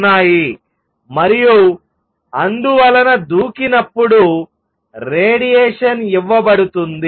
ఉన్నాయి మరియు అందువలన దూకినప్పుడు రేడియేషన్ ఇవ్వబడుతుంది